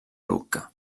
lucca